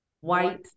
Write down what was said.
White